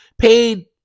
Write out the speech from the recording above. paid